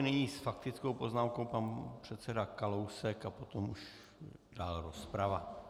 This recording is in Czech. Nyní s faktickou poznámkou pan předseda Kalousek a potom už dál rozprava.